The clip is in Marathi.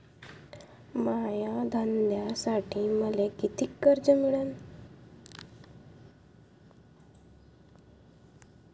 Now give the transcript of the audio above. माया धंद्यासाठी मले कितीक कर्ज मिळनं?